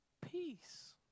peace